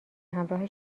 همراه